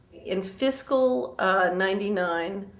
in fiscal ninety nine,